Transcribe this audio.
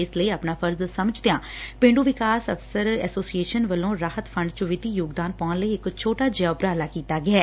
ਇਸ ਲਈ ਆਪਣਾ ਫਰਜ਼ ਸਮਝਦਿਆਂ ਪੇਡੁ ਵਿਕਾਸ ਅਫਸਰ ਐਸੋਸੀਏਸ਼ਨ ਵੱਲੋ ਰਾਹਤ ਫੰਡ ਚ ਵਿੱਤੀ ਯੋਗਦਾਨ ਪਾਉਣ ਲਈ ਇਕ ਛੋਟਾ ਜਿਹਾ ਉਪਰਾਲਾ ਕੀਤਾ ਗਿਐ